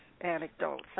anecdotes